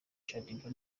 shadyboo